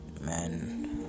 man